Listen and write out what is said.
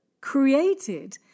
created